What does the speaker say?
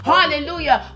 Hallelujah